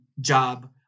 job